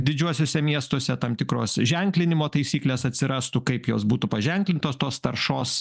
didžiuosiuose miestuose tam tikros ženklinimo taisyklės atsirastų kaip jos būtų paženklintos tos taršos